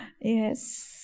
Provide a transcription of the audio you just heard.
yes